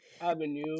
Avenue